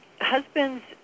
husbands